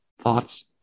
thoughts